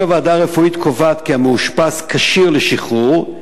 אם הוועדה הרפואית קובעת כי המאושפז כשיר לשחרור,